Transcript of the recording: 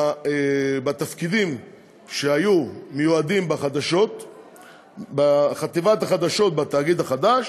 אנחנו לא נוגעים בתפקידים שהיו מיועדים לחטיבת החדשות בתאגיד החדש.